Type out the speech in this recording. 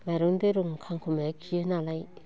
माइरं दैरं खांखमाया खियोनालाय